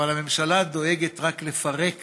אבל הממשלה דואגת רק לפרק